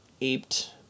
aped